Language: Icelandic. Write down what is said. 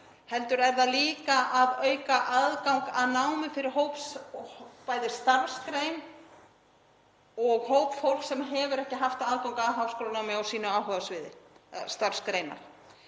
heldur er það líka að auka aðgang að námi fyrir bæði starfsgreinar og hóp fólks sem hefur ekki haft aðgang að háskólanámi á sínu áhugasviði eða starfsgrein.